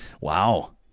Wow